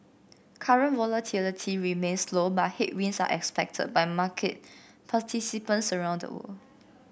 current volatility remains low but headwinds are expected by market participants around the world